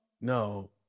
no